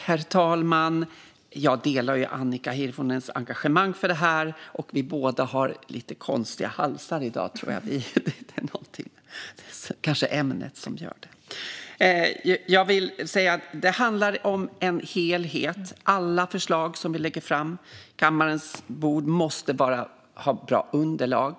Herr talman! Jag delar Annika Hirvonens engagemang för det här. Det handlar om en helhet. Alla förslag som vi lägger fram på kammarens bord måste ha bra underlag.